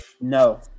No